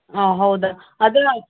ಹಾಂ ಹೌದಾ ಅದ